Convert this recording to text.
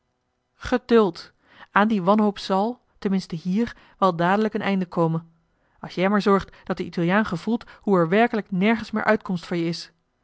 geduld aan die wanhoop zal ten minste hier wel dadelijk een einde komen als jij maar zorgt dat de italiaan gevoelt hoe er werkelijk nergens meer uitkomst voor je is